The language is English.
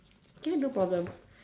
can no problem